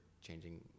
changing